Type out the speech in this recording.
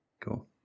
Cool